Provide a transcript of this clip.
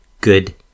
good